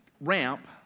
ramp